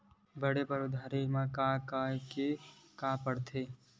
पढ़े बर उधारी ले मा का का के का पढ़ते?